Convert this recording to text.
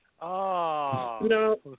No